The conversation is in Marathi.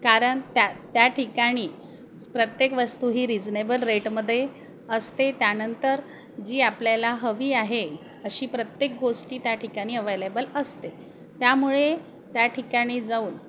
कारण त्या त्या ठिकाणी प्रत्येक वस्तू ही रिजनेबल रेटमध्ये असते त्यानंतर जी आपल्याला हवी आहे अशी प्रत्येक गोष्टी त्या ठिकाणी अवेलेबल असते त्यामुळे त्या ठिकाणी जाऊन